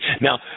Now